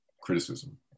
criticism